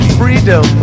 freedom